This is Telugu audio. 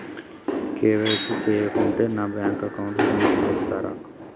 కే.వై.సీ చేయకుంటే నా బ్యాంక్ అకౌంట్ బంద్ చేస్తరా?